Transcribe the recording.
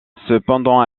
cependant